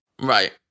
Right